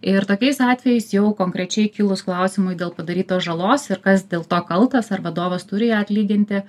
ir tokiais atvejais jau konkrečiai kilus klausimui dėl padarytos žalos ir kas dėl to kaltas ar vadovas turi ją atlyginti